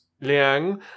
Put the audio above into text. Liang